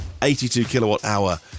82-kilowatt-hour